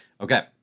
Okay